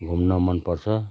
घुम्न मनपर्छ